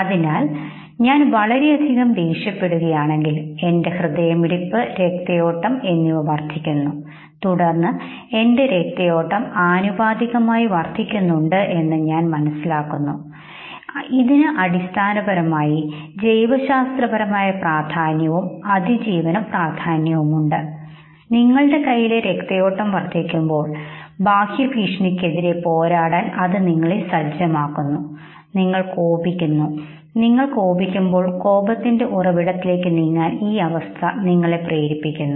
അതിനാൽ ഞാൻ വളരെ അധികം ദേഷ്യപ്പെടുകയാണെങ്കിൽ എന്റെ ഹൃദയമിടിപ്പ്രക്തയോട്ടം എന്നിവ വർദ്ധിക്കുന്നു തുടർന്ന് ഉയർന്ന രക്തയോട്ടം ആനുപാതികമായി വർദ്ധിക്കുന്നുണ്ട് എന്ന് നിങ്ങൾ മനസ്സിലാക്കുന്നു ഇതിനു അടിസ്ഥാനപരമായി ജൈവശാസ്ത്രപരമായ പ്രാധാന്യവും അതിജീവന പ്രാധാന്യവുമുണ്ട് നിങ്ങളുടെ കയ്യിലെ രക്തയോട്ടം വർദ്ധിപ്പിക്കുമ്പോൾ ബാഹ്യ ഭീഷണിക്കെതിരെ പോരാടാൻ അത് നിങ്ങളെ സജ്ജമാക്കുന്നു നിങ്ങൾ കോപിക്കുന്നു നിങ്ങൾ കോപിക്കുമ്പോൾ കോപത്തിന്റെ ഉറവിടത്തിലേക്ക് നീങ്ങാൻ ഈ അവസ്ഥ നിങ്ങളെ പ്രേരിപ്പിക്കും